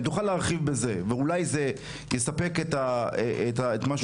אם תוכל להרחיב בזה ואולי זה יספק את מה שהוא אומר.